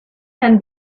can